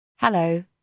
Hello